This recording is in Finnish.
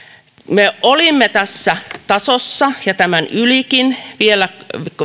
me olimme tässä tasossa ja tämän ylikin vielä